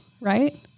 right